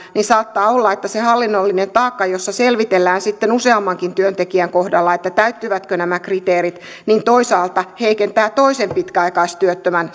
niin saattaa olla että se hallinnollinen taakka jossa selvitellään sitten useammankin työntekijän voimin täyttyvätkö nämä kriteerit toisaalta heikentää toisen pitkäaikaistyöttömän